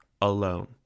alone